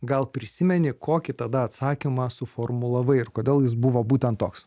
gal prisimeni kokį tada atsakymą suformulavai ir kodėl jis buvo būtent toks